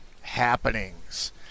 Happenings